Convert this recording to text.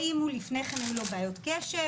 האם לפני כן היו לו בעיות קשב,